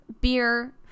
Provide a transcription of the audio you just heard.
beer